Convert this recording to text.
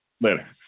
Later